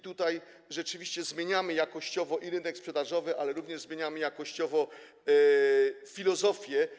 Tutaj rzeczywiście zmieniamy jakościowo rynek sprzedażowy, ale również zmieniamy jakościowo filozofię.